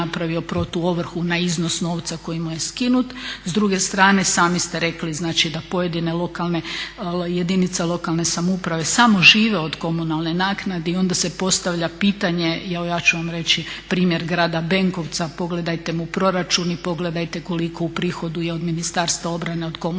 napravio protuovrhu na iznos novca koji mu je skinut. S druge strane sami ste rekli da pojedine lokalne, jedinice lokalne samouprave samo žive od komunalne naknade i onda se postavlja pitanje i evo ja ću vam reći primjer Grada Benkovca pogledajte mu proračun i pogledajte koliko uprihoduje od Ministarstva obrane od komunalne naknade.